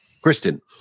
Kristen